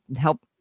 help